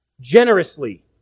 generously